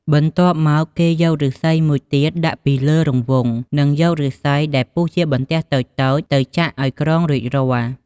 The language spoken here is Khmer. បន្ទាប់មក គេយកឫស្សីមួយទៀតដាក់ពីលើរង្វង់និងយកឫស្សីដែលពុះជាបន្ទះតូចៗទៅចាក់អោយក្រងរួចរាល់។